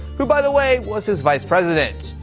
who, by the way, was his vice-president.